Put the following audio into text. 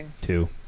Two